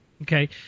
Okay